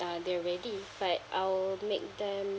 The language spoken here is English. uh they're ready if like I'll make them